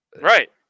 Right